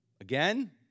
Again